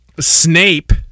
Snape